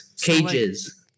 Cages